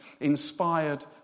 inspired